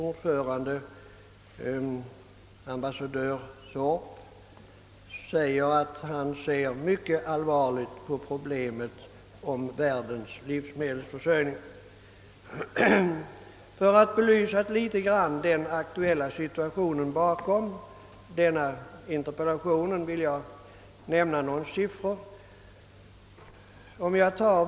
Ordföranden i DAC, ambassadör Thorp, säger att han ser mycket allvarligt på problemet med världens livsmedelsförsörjning. För att något belysa den aktuella situationen, som gav anledning till interpellationen, vill jag nämna några siffror.